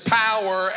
power